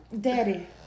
daddy